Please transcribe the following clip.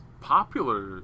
popular